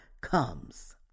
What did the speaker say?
comes